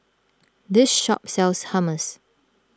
this shop sells Hummus